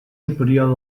superior